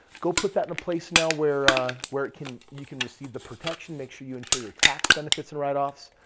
go put that in a place now where ah where it can, you can receive the protection. make sure you ensure your tax benefits and write offs.